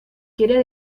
quiere